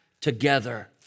together